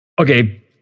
okay